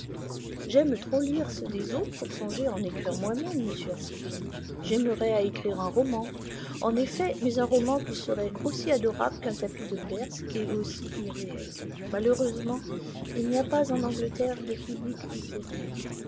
j'aime trop lire ceux des autres pour songer à en écrire moi-même monsieur erskine j'aimerais à écrire un roman en effet mais un roman qui serait aussi adorable qu'un tapis de perse et aussi irréel malheureusement il n'y a pas en angleterre de public littéraire